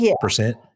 percent